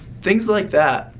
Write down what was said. things like that.